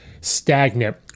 stagnant